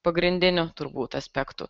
pagrindinių turbūt aspektų